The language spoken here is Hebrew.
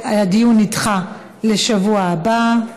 הדיון נדחה לשבוע הבא.